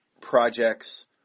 projects